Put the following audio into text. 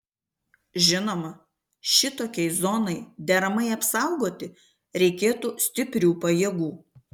žinoma šitokiai zonai deramai apsaugoti reikėtų stiprių pajėgų